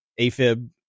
AFib